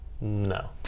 no